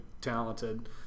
talented